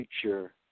future